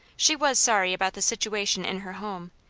she was sorry about the situation in her home,